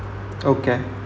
okay